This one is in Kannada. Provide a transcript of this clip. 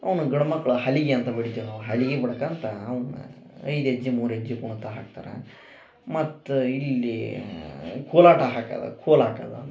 ಅವನ್ನ ಗಂಡ್ ಮಕ್ಳ ಹಲಿಗಿ ಅಂತ ಬಿಡಿತಿವಿ ನಾವು ಹಲಿಗಿ ಬಿಡ್ಕಂತ ಅವ್ನು ಐದು ಹೆಜ್ಜೆ ಮೂರು ಹೆಜ್ಜೆ ಕುಣಿತ ಹಾಕ್ತಾರ ಮತ್ತು ಇಲ್ಲಿ ಕೋಲಾಟ ಹಾಕದ ಕೋಲು ಹಾಕದ ಅಂತ